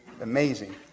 amazing